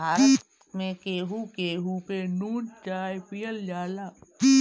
भारत में केहू केहू पे नून चाय पियल जाला